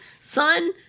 son